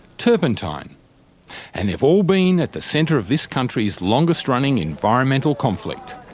turpentine and they've all been at the centre of this country's longest running environmental conflict,